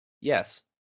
yes